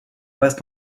basse